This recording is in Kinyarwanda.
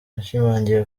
yashimangiye